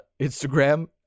Instagram